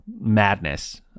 madness